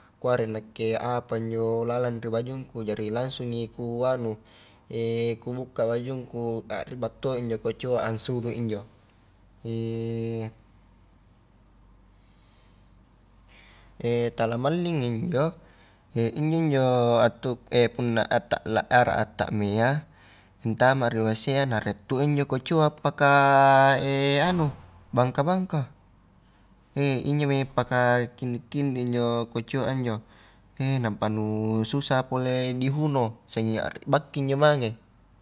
Kuare nakke apa injo lalang ri bajungku, jari langsungi ku anu kubukka bajungku a riba toi injo kecoa a ansulu injo, tala mallingi injo injo-injo attu punna ata la ara a takmea, atama ri wc a na rie to injo kecoa paka anu bangka-bangka injomi paka kindi-kindi injo kecoa a injo, he nampa nu susah pole dihuno sanging aribakki injo mange.